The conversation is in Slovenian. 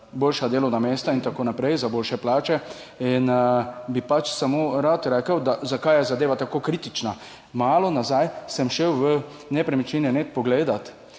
boljša delovna mesta in tako naprej, za boljše plače. In bi pač samo rad rekel, zakaj je zadeva tako kritična. Malo nazaj sem šel na nepremičnine.net pogledat